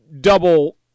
double